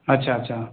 अच्छाअच्छा